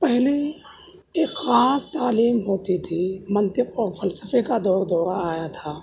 پہلے ایک خاص تعلیم ہوتی تھی منطق اور فلسفہ کا دور دورہ آیا تھا